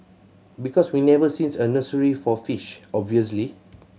because we've never seen a nursery for fish obviously